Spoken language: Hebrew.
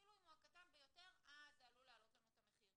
אפילו אם הוא הקטן ביותר אז זה עלול להעלות לנו את המחיר.